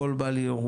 הכל בא לירוחם.